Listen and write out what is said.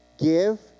give